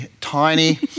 tiny